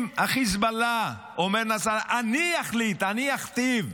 אם בחיזבאללה אומר נסראללה: אני אחליט, אני אכתיב,